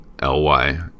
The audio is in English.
L-Y